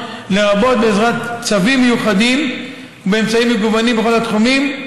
לרבות בעזרת צווים מיוחדים ובאמצעים מגוונים בכל התחומים.